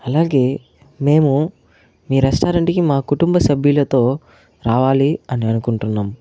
అలాగే మేము మీ రెస్టారెంట్ కి మా కుటుంబ సభ్యులతో రావాలి అని అనుకుంటున్నాం